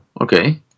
okay